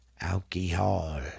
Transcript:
Alcohol